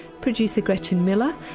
producer gretchen miller,